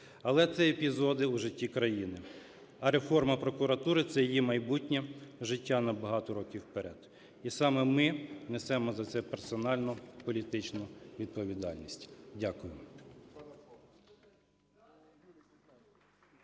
але це епізоди у житті країни, а реформа прокуратури – це її майбутнє життя набагато років вперед і саме ми несемо за це персональну політичну відповідальність. Дякую.